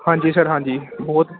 ਹਾਂਜੀ ਸਰ ਹਾਂਜੀ ਬਹੁਤ